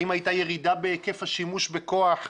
האם הייתה ירידה בהיקף השימוש בכוח,